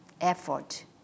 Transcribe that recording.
effort